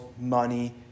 money